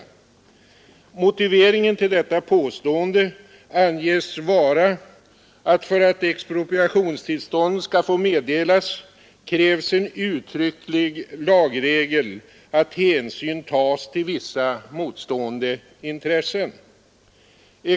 Motiveringen till detta påstående anges vara att för att expropriationstillstånd skall få meddelas krävs en uttrycklig lagregel att hänsyn tas till vissa motstående intressen.